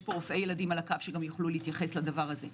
רופאי ילדים על הקו שיוכלו להתייחס לזה.